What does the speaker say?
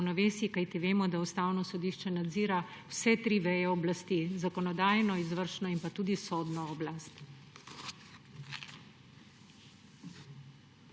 ravnovesij, kajti vemo, da Ustavno sodišče nadzira vse tri veje oblasti – zakonodajno, izvršno in tudi sodno oblast.